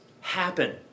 happen